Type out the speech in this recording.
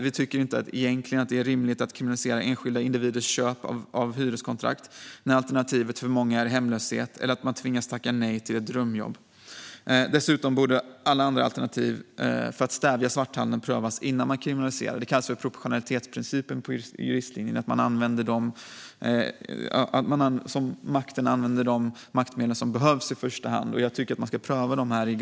Vi tycker egentligen inte att det är rimligt att kriminalisera enskilda individers köp av hyreskontrakt när alternativet för många är hemlöshet eller att man tvingas tacka nej till ett drömjobb. Dessutom borde alla andra alternativ för att stävja svarthandel prövas innan man kriminaliserar. Det kallas för proportionalitetsprincipen på juristlinjen. Makten använder i första hand de maktmedel som behövs. Jag tycker egentligen att man ska pröva dem först.